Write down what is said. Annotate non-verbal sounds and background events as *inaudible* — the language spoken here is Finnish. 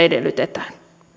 *unintelligible* edellytetään